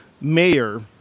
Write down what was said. mayor